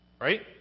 Right